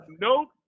nope